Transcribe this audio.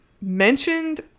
mentioned